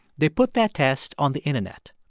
they put that test on the internet.